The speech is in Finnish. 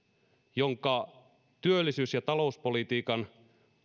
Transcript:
jonka työllisyys ja talouspolitiikan